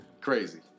crazy